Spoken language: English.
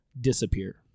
disappear